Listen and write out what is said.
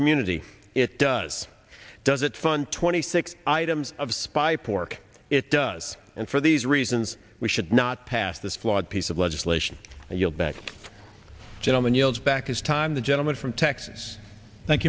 community it does does it fun twenty six items of spy pork it does and for these reasons should not pass this flawed piece of legislation you'll back gentleman yields back his time the gentleman from texas